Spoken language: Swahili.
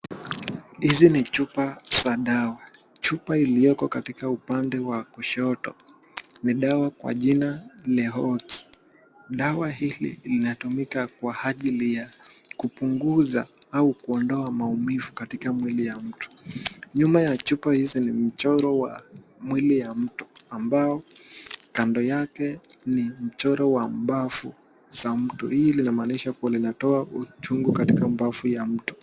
Hizi ni chupa za dawa. Chupa ilioko katika upande wa kushoto, ni dawa kwa jina Leokot. Dawa hili linatumika kwa ajili ya kupunguza au kuondoa maumivu katika. Nyuma ya picha hizi ni mchongo wa mwili ya mtu ambayo kando yake ni mchoroo wa mbavu za mtu. Hii linaamanisha kua linatoa uchungu katika mbavu ya mtu.